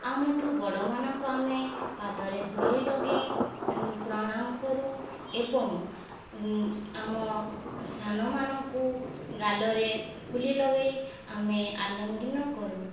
ଆମଠୁ ବଡ଼ମାନଙ୍କୁ ଆମେ ପାଦରେ ହୋଲି ଲଗେଇ ପ୍ରଣାମ କରୁ ଏବଂ ଆମ ସାନମାନଙ୍କୁ ଗାଲରେ ହୋଲି ଲଗେଇ ଆମେ ଆଲିଙ୍ଗନ କରୁ